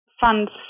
funds